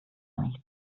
nichts